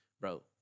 bro